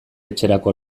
etxerako